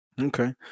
Okay